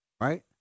right